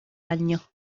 años